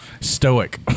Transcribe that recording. stoic